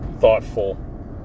thoughtful